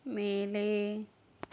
மேலே